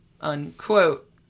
Unquote